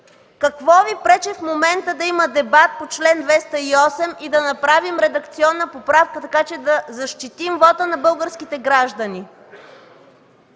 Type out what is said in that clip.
Какво Ви пречи в момента да има дебат по чл. 208 и да направим редакционна поправка, така че да защитим вота на българските граждани?